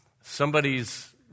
somebody's